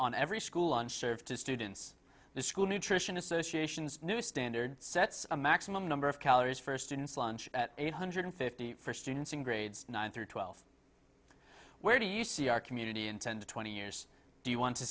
on every school on sheriff to students the school nutrition association's new standards sets a maximum number of calories for students lunch at eight hundred fifty for students in grades nine through twelve where do you see our community in ten to twenty years do you want to